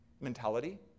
mentality